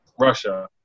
Russia